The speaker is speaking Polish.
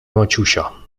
maciusia